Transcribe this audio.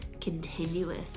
continuous